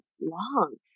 long